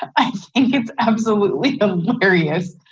i think it's absolutely hilarious,